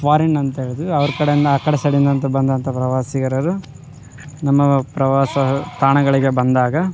foreign ಅಂಥೇಳಿದ್ವಿ ಅವ್ರ ಕಡೆಯಿಂದ ಆ ಕಡೆ ಸೈಡಿಂದ ಅಂತ ಬಂದಂಥ ಪ್ರವಾಸಿಗರರು ನಮ್ಮ ಪ್ರವಾಸ ತಾಣಗಳಿಗೆ ಬಂದಾಗ